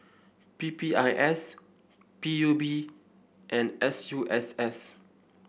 P P I S P U B and S U S S